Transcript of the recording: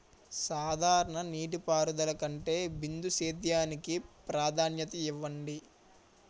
సాధారణ నీటిపారుదల కంటే బిందు సేద్యానికి ప్రాధాన్యత ఇవ్వండి